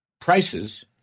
prices